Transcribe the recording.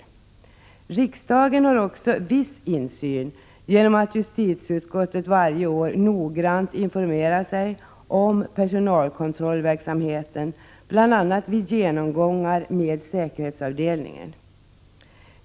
Riksdagen har också viss insyn genom att justitieutskottet varje år noggrant informerar sig om personalkontrollverksamheten, bl.a. vid genomgångar med säkerhetsavdelningen.